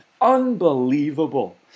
Unbelievable